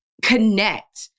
connect